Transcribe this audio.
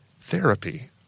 therapy